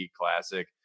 classic